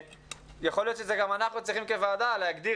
יכול להיות שגם אנחנו צריכים כוועדה להגדיר